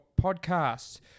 podcast